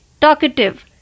Talkative